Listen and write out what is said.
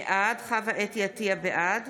עטייה, בעד